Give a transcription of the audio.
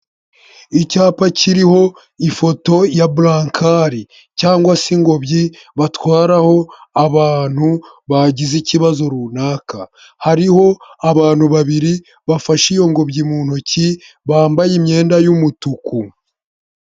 Icyapa kiriho ifoto ya burankari cyangwa se ingobyi batwaraho abantu bagize ikibazo runaka, hariho abantu babiri bafashe iyo ngobyi mu ntoki bambaye imyenda y'umutuku.